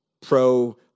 pro